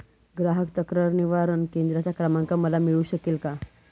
ग्राहक तक्रार निवारण केंद्राचा क्रमांक मला मिळू शकेल का?